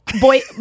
boy